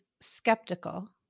skeptical